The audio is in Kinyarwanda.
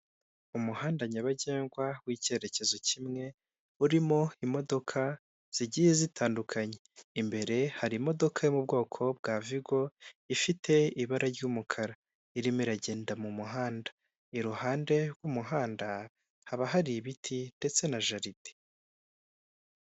Umuhanda nyabagendwa w'icyerekezo kimwe, urimo imodoka zigiye zitandukanye, imbere hari imodoka yo mu bwoko bwa vigo, ifite ibara ry'umukara, irimo iragenda mu muhanda. iruhande rw'umuhanda haba hari ibiti ndetse na jaride.